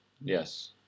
Yes